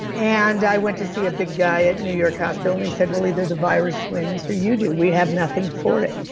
and i went to see a big guy at new york hospital, and he said well either the virus wins or you do. we have nothing for it.